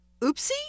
oopsie